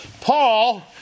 Paul